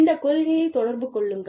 இந்தக் கொள்கையைத் தொடர்பு கொள்ளுங்கள்